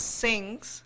sings